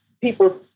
people